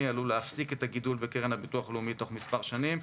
עלול להפסיק את הגידול בקרן הביטוח הלאומי תוך מספר שנים,